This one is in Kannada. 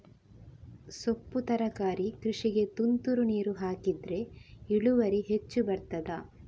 ಸೊಪ್ಪು ತರಕಾರಿ ಕೃಷಿಗೆ ತುಂತುರು ನೀರು ಹಾಕಿದ್ರೆ ಇಳುವರಿ ಹೆಚ್ಚು ಬರ್ತದ?